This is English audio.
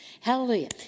Hallelujah